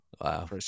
Wow